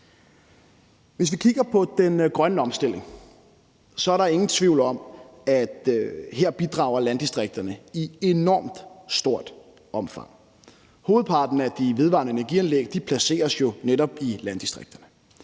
Hvis vi kigger på den grønne omstilling, er der ingen tvivl om, at her bidrager landdistrikterne i et enormt stort omfang. Hovedparten af de vedvarende energi-anlæg placeres jo netop i landdistrikter,